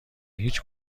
هیچ